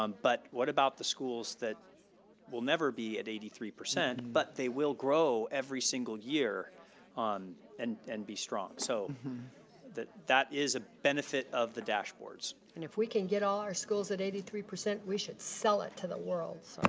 um but what about the schools that will never be at eighty three percent but they will grow every single year and and be strong. so that that is a benefit of the dashboards. and if we can get all our schools at eighty three percent we should sell it to the world.